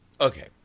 Okay